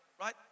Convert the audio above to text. right